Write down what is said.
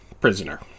prisoner